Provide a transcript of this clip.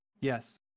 Yes